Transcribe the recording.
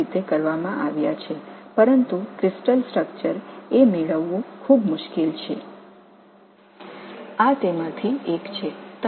நிறைய ஆய்வுகள் செயற்கையாக நடந்துள்ளன ஆனால் படிக அமைப்பு பெறுவது மிகவும் கடினம்